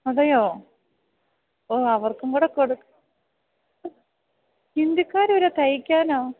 അതെയോ ഓ അവർക്കും കൂടെ കൊട് ഹിന്ദിക്കാർ വരെ തയ്ക്കാനോ